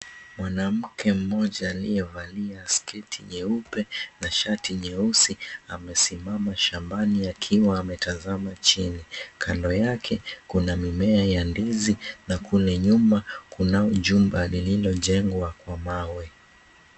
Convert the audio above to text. Mwanamke mmoja aliyevalia sketi nyeupe na shati nyeusi amesimama shambani akiwa ametazama chini. Kando yake kuna mimea ya ndizi na kule nyuma kunao jumba lililojengwa kwa mawe.